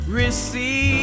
receive